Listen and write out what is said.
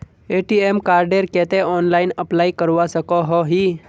ATM कार्डेर केते online apply करवा सकोहो ही?